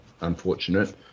unfortunate